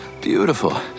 beautiful